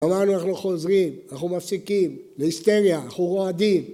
אמרנו אנחנו חוזרים, אנחנו מפסיקים, להיסטריה, אנחנו רועדים